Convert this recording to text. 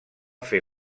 fer